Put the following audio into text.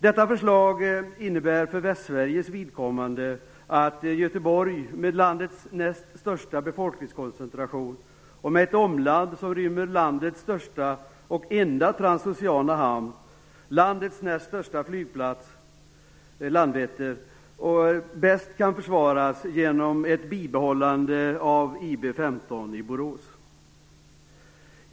Detta förslag innebär för Västsveriges vidkommande att Göteborg med landets näst största befolkningskoncentration och med ett omland som rymmer landets största och enda transoceana hamn, landets näst största flygplats, Landvetter, bäst kan försvaras genom ett bevarande av IB 15 i Borås.